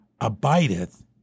abideth